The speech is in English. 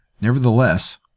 Nevertheless